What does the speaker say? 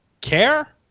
care